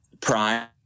prime